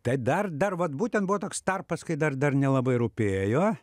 tai dar dar vat būtent buvo toks tarpas kai dar dar nelabai rūpėjo